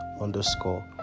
underscore